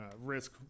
risk